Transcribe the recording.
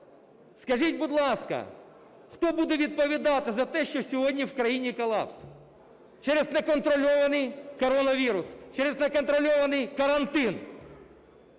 Скажіть, будь ласка, хто буде відповідати за те, що сьогодні в країні колапс через неконтрольований коронавірус, через неконтрольований карантин?